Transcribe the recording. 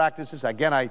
practices again i